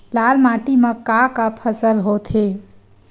लाल माटी म का का फसल होथे?